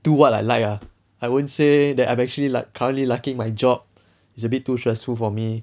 do what I like ah I won't say that I'm actually like currently liking my job is a bit too stressful for me